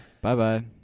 Bye-bye